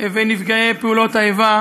ונפגעי פעולות האיבה,